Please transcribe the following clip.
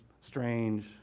strange